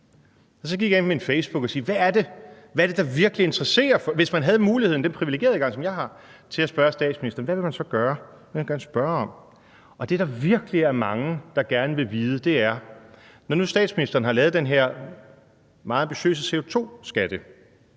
Så gik jeg ind på min facebookside og spurgte, hvad der virkelig interesserer folk – altså, hvis man havde muligheden for det og den priviligerede adgang, som jeg har, til at spørge statsministeren, hvad ville man så spørge om? Og det, der virkelig er mange, der gerne vil vide, er: Når nu statsministeren har lavet den her meget ambitiøse CO2-skatteplan